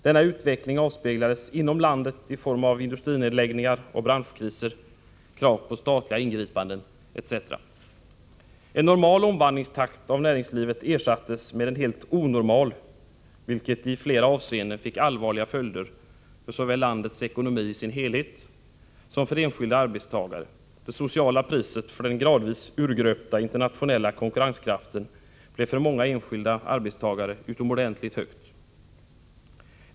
Denna utveckling avspeglades inom landet i form av industrinedläggningar, branschkriser, krav på statliga ingripanden, etc. En normal omvandlingstakt av näringslivet ersattes med en helt onormal, vilket i flera avseenden fick allvarliga följder såväl för landets ekonomi i sin helhet som för enskilda arbetstagare — det sociala priset för den gradvis urgröpta internationella konkurrenskraften blev för många enskilda arbetstagare utomordentligt högt.